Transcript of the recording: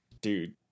dude